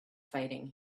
fighting